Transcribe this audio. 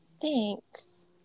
Thanks